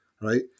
right